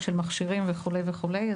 מכשירים וכולי וכולי.